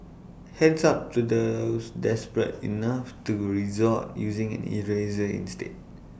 hands up to those desperate enough to resort using an eraser instead